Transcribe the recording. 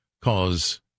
cause